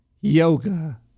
yoga